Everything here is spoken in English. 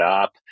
up